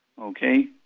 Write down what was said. Okay